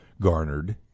garnered